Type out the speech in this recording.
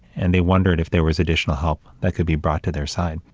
and they wondered if there was additional help that could be brought to their side.